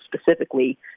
specifically